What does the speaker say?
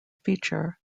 feature